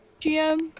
GM